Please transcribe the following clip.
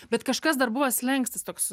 bet kažkas dar buvo slenkstis toks